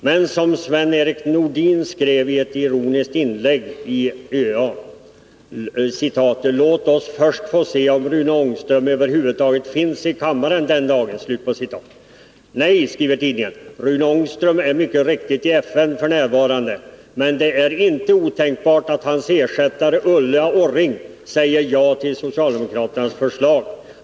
Men, som Sven-Erik Nordin skrev lite ironiskt i sitt ovannämnda inlägg, ”låt oss först få se om Rune Ångström överhuvud taget finns i kammaren den dagen...” Nej, Rune Ångström är mycket riktigt i FN för närvarande men det är inte otänkbart att hans ersättare, Ulla Orring säger ja till sosseförslaget.